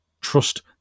trust